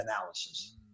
analysis